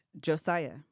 Josiah